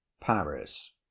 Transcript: Paris